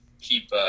keep